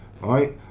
right